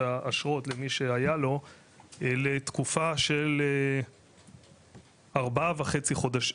האשרות למי שהיה לו לתקופה של ארבעה וחצי חודשים,